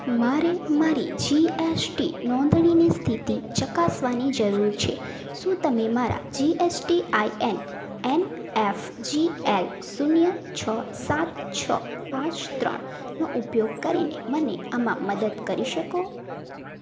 મારે મારી જીએસટી નોંધણીની સ્થિતિ ચકાસવાની જરૂર છે શું તમે મારા GST I N N F G L શૂન્ય છ સાત છ પાંચ ત્રણ નો ઉપયોગ કરીને મને આમાં મદદ કરી શકો